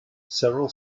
several